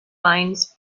lines